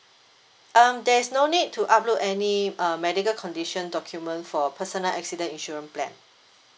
um there is no need to upload any uh medical condition document for personal accident insurance plan